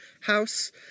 house